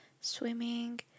swimming